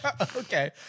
Okay